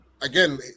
again